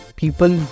people